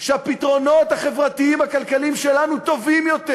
שהפתרונות החברתיים-הכלכליים שלנו טובים יותר.